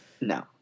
No